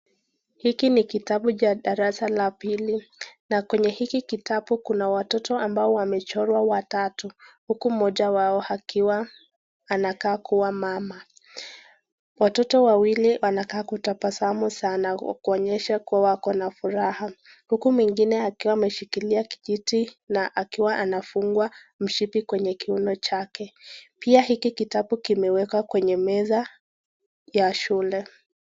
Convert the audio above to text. Hiki ni kitabu cha darasa la pili. Na kwenye hiki kitabu kuna watoto ambao wamechorwa watatu. Huku mmoja wao akiwa anakaa kuwa mama. Watoto wawili wanakaa kutabasamu sana kuonyesha kuwa wako na furaha. Huku mwingine akiwa ameshikilia kijiti na akiwa anafungwa mshipi kwenye kiuno chake. Pia hiki kitabu kimewekwa kwenye meza ya shule.